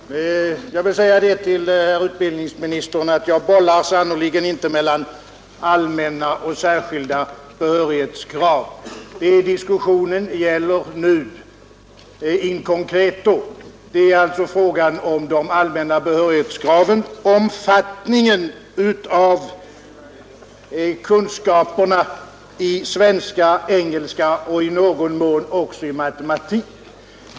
Fru talman! Jag vill säga till herr utbildningsministern att jag bollar sannerligen inte mellan allmänna och särskilda behörighetskrav. Det diskussionen nu gäller in concreto är alltså frågan om de allmänna behörighetskraven, omfattningen av kunskaperna i svenska, engelska och i någon mån också i matematik.